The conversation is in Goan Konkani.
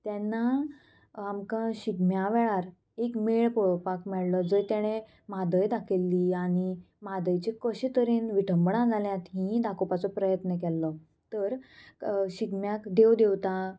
तेन्ना आमकां शिगम्या वेळार एक मेळ पळोवपाक मेळ्ळो जंय तेणें म्हादय दाखयल्ली आनी म्हादयचें कशे तरेन विठंभणां जाल्यां हींय दाखोवपाचो प्रयत्न केल्लो तर शिगम्याक देव देवता